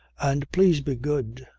and please be good.